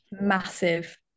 massive